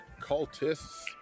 Cultists